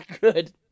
Good